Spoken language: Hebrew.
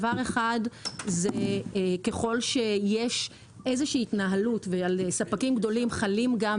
דבר אחד זה ככל שיש איזושהי התנהלות ועל ספקים גדולים חלות גם